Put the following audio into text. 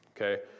okay